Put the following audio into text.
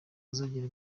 uzagera